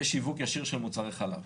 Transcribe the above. ושיווק ישיר של מוצרי חלב.